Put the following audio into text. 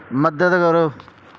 ਮਦਦ ਕਰੋ